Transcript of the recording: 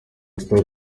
stoke